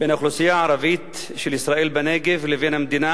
בין האוכלוסייה הערבית של ישראל בנגב לבין המדינה